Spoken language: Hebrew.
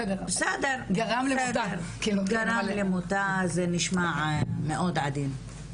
בסדר, גרם למותה, נשמע מאוד עדין.